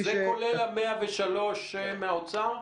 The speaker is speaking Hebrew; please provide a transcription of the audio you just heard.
זה כולל את 103 מיליון השקלים מהאוצר?